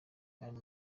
ari